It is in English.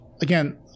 again